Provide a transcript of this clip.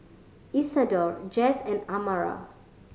Isidor Jess and Amara